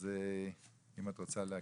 אז אם את רוצה להקריא.